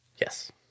Yes